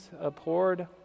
abhorred